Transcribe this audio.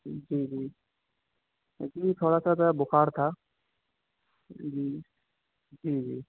جی جی ایکچولی تھوڑا سا تھا بُخار تھا جی جی جی